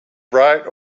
bright